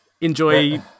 Enjoy